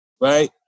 right